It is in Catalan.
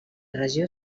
regió